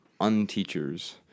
unteachers